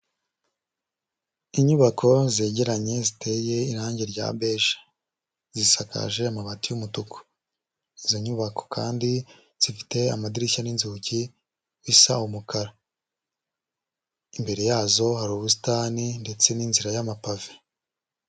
Inyubako zegeranye ziteye irangi rya beje, zisakaje amabati y'umutuku, izo nyubako kandi zifite amadirishya n'inzugi bisa umukara, imbere yazo hari ubusitani ndetse n'inzira y'amapave.